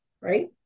Right